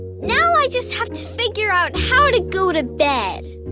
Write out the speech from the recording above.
now i just have to figure out how to go to bed.